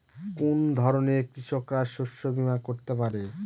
কোন ধরনের কৃষকরা শস্য বীমা করতে পারে?